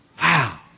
Wow